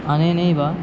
अनेनैव